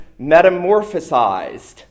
metamorphosized